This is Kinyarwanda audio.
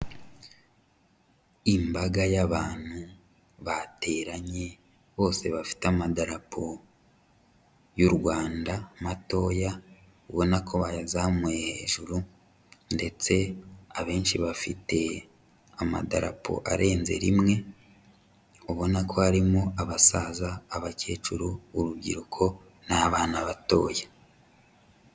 Imbaga y'abantu bateranye, bose bafite amadarapo y'u Rwanda matoya, ubona ko bayazamuye hejuru ndetse abenshi bafite amadarapo arenze rimwe, ubona ko harimo abasaza, abakecuru, urubyiruko n'abana batoya.